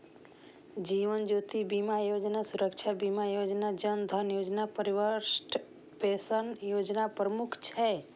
जीवन ज्योति बीमा योजना, सुरक्षा बीमा योजना, जन धन योजना, वरिष्ठ पेंशन योजना प्रमुख छै